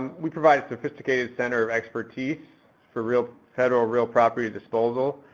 we provide a sophisticated center of expertise for real federal real property disposal.